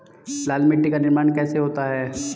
लाल मिट्टी का निर्माण कैसे होता है?